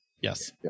Yes